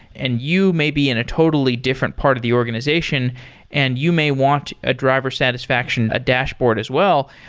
and you may be in a totally different part of the organization and you may want a driver satisfaction, a dashboard as well.